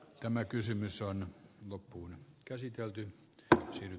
tämä kysymys on loppuun voitaisiin tehdä